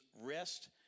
rest